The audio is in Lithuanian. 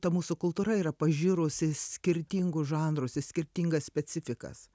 ta mūsų kultūra yra pažirusi skirtingus žanrus į skirtingas specifikas